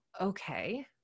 okay